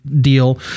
deal